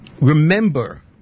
remember